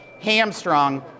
hamstrung